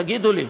תגידו לי,